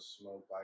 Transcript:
smoke